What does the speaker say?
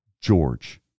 George